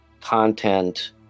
content